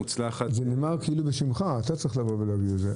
זה נאמר כאילו בשמך, אתה צריך להגיד את זה.